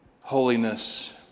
holiness